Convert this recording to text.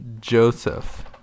Joseph